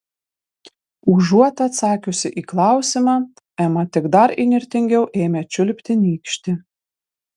užuot atsakiusi į klausimą ema tik dar įnirtingiau ėmė čiulpti nykštį